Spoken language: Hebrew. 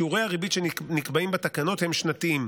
שיעורי הריבית שנקבעים בתקנות הם שנתיים.